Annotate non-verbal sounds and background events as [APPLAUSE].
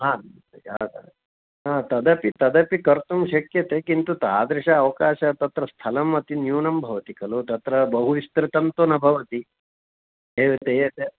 हा [UNINTELLIGIBLE] हा तदपि तदपि कर्तुं शक्यते किन्तु तादृशः अवकाशः तत्र स्थलम् अति न्यूनं भवति खलु तत्र बहुविस्तृतं तु न भवति [UNINTELLIGIBLE] यत्